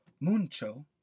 mucho